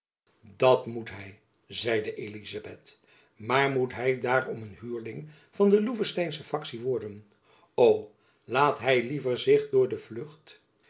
dat moet hy zeide elizabeth maar moet hy jacob van lennep elizabeth musch daarom een huurling van de loevesteinsche faktie worden o laat hy liever zich door de vlucht